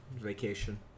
Vacation